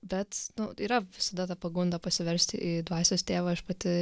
bet nu yra visada ta pagunda pasiversti į dvasios tėvą aš pati